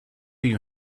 you